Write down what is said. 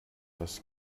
das